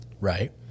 Right